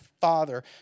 father